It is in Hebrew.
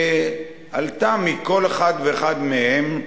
שעלתה מכל אחד ואחד מהם,